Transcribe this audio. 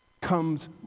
comes